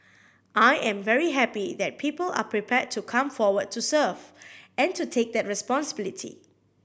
I am very happy that people are prepared to come forward to serve and to take that responsibility